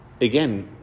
again